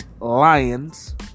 Lions